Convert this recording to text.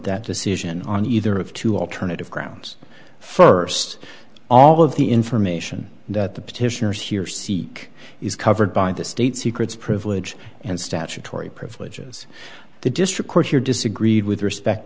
that decision on either of two alternative grounds first all of the information that the petitioners here seek is covered by the state secrets privilege and statutory privileges the district court here disagreed with respect